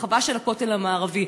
הרחבה של הכותל המערבי.